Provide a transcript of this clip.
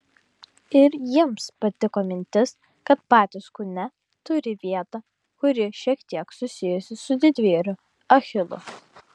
ir jiems patiko mintis kad patys kūne turi vietą kuri šiek tiek susijusi su didvyriu achilu